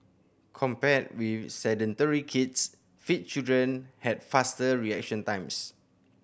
compared with sedentary kids fit children had faster reaction times